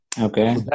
Okay